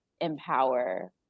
empower